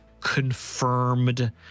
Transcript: confirmed